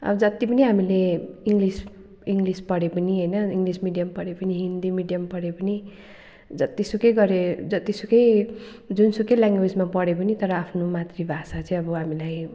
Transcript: अब जति पनि हामीले इङ्लिस इङ्लिस पढे पनि होइन इङ्लिस मिडियम पढे पनि हिन्दी मिडियम पढे पनि जतिसुकै गरे पनि जतिसुकै जुनसुकै ल्याङ्वेजमा पढे पनि तर आफ्नो मातृभाषा चाहिँ अब हामीलाई